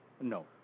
No